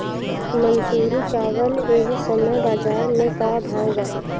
मंसूरी चावल एह समय बजार में का भाव बा?